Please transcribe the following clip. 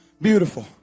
Beautiful